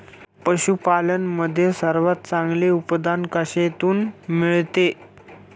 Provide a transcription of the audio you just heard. पशूपालन मध्ये सर्वात चांगले उत्पादन कशातून मिळते?